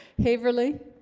haverly